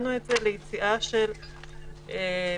הגבלנו את זה ליציאה של האנשים החיוניים ביותר.